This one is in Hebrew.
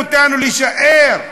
רוצים היום להזרים יותר מדי נשק לאזרחים,